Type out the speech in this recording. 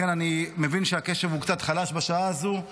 אני מבין שהקשב הוא קצת חלש בשעה הזו,